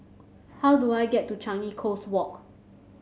how do I get to Changi Coast Walk